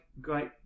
great